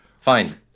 fine